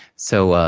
so,